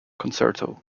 concerto